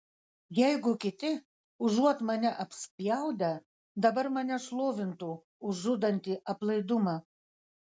jeigu kiti užuot mane apspjaudę dabar mane šlovintų už žudantį aplaidumą